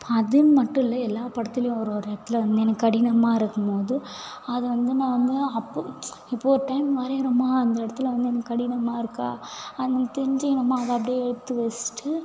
இப்போ அது மட்டும் இல்லை எல்லா படத்துலேயும் ஒரு ஒரு இடத்துல வந்து எனக்கு கடினமாக இருக்கும்போது அதை வந்து நான் வந்து அப்போ இப்போ ஒரு டைம் வரையிறோமா அந்த இடத்துல வந்து எனக்கு கடினமாக இருக்கா அது நம்ம தெரிஞ்சிக்கினமா அதை அப்டி எடுத்து வச்சிட்டு